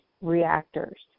reactors